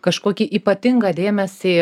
kažkokį ypatingą dėmesį